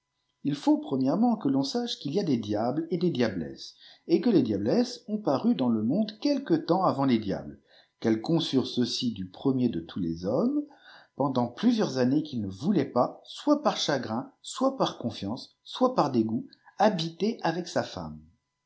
il faut premièrement que ton sache qu'il y a des diables et des diablesses et que les diablesses ont paru dans le monde quelque temps avant les diables qu elies conçurent ceux-ci du premier de tous les hommes pendant plusieurs années qu'il ne voulait pas soit par chagrin j soit par continence soit par dégoût habiter avec m femme